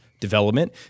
development